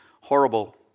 horrible